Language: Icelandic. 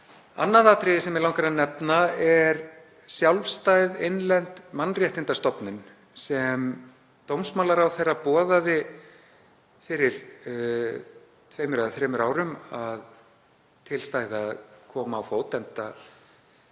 Annað atriði sem mig langar að nefna er sjálfstæð innlend mannréttindastofnun sem dómsmálaráðherra boðaði fyrir tveimur eða þremur árum að til stæði að koma á fót, enda